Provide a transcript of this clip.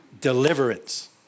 Deliverance